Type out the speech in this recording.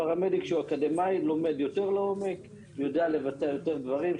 פרמדיק שהוא אקדמאי לומד יותר לעומק ויודע לבצע יותר דברים.